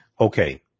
Okay